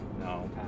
No